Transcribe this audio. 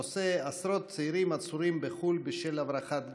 הנושא: עשרות צעירים עצורים בחו"ל בשל הברחת גת.